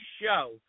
show